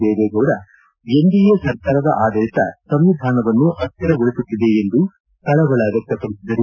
Deve Gowda NDA ಸರ್ಕಾರದ ಆಡಳಿತ ಸಂವಿಧಾನವನ್ನು ಅಸ್ಥಿರಗೊಳಿಸುತ್ತಿದೆ ಎಂದು ಕಳವಳ ವ್ಯಕ್ತಪಡಿಸಿದರು